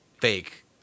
fake